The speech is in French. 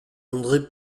andré